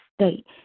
state